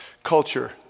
culture